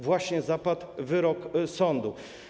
Właśnie zapadł wyrok sądu.